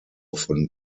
von